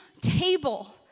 table